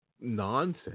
nonsense